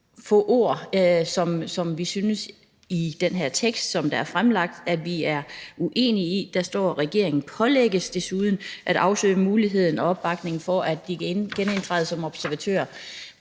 Der er to ord i den her tekst, som er fremlagt, vi er uenige i. Der står: Regeringen pålægges desuden at afsøge muligheden for opbakning for, at de kan genindtræde som observatør.